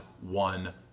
one